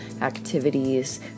activities